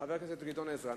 חבר הכנסת גדעון עזרא,